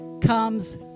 comes